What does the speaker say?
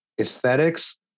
aesthetics